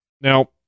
Now